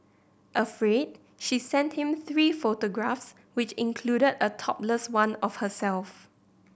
afraid she sent him three photographs which included a topless one of herself